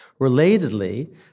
Relatedly